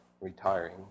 retiring